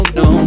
no